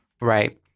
Right